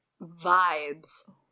Vibes